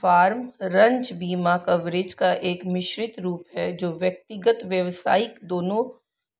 farm, ranch बीमा coverage का एक मिश्रित रूप है जो व्यक्तिगत, व्यावसायिक दोनों